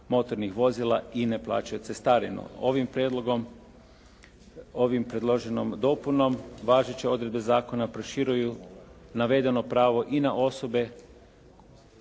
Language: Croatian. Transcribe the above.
motornih vozila i ne plaćaju cestarinu. Ovom predloženom dopunom važeće odredbe zakona proširuju navedeno pravo i na osobe